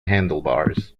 handlebars